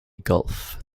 gulf